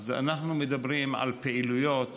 אז אנחנו מדברים על פעילויות